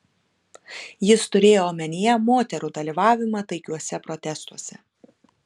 jis turėjo omenyje moterų dalyvavimą taikiuose protestuose